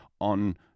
on